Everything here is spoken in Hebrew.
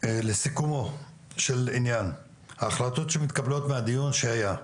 לסיכומו של עניין, ההחלטות שמתקבלות מהדיון שהיה.